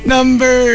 Number